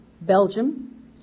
Belgium